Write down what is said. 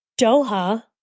Doha